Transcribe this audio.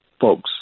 folks